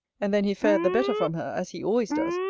and then he fared the better from her, as he always does,